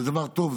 זה דבר טוב,